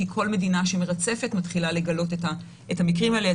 כי כל מדינה שמרצפת מתחילה לגלות את המקרים האלה.